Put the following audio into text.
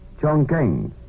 Chongqing